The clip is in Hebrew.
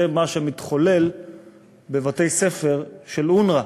זה מה שמתחולל בבתי-ספר של אונר"א,